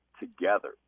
together